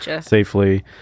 safely